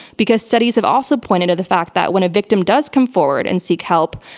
because studies have also pointed to the fact that when a victim does come forward and seek help,